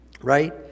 right